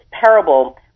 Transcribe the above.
parable